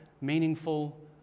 meaningful